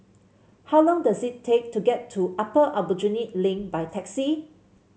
how long does it take to get to Upper Aljunied Link by taxi